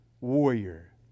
warrior